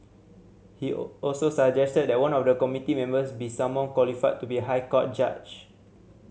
he also suggested that one of the committee members be someone qualified to be a High Court judge